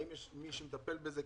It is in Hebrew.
האם יש מי שמטפל בזה?